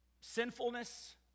sinfulness